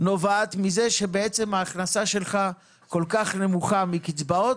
נובעת מזה שבעצם ההכנסה שלך כל כך נמוכה מקצבאות